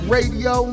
Radio